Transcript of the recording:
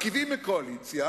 מרכיבים קואליציה